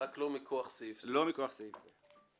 רק לא מכוח סעיף זה.